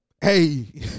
Hey